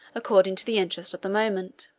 according to the interest of the moment.